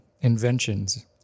inventions